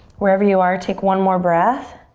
wherever you are take one more breath.